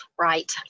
Right